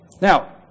Now